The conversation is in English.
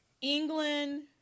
England